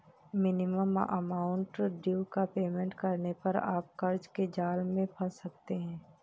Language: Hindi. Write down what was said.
मिनिमम अमाउंट ड्यू का पेमेंट करने पर आप कर्ज के जाल में फंस सकते हैं